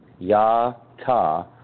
Yata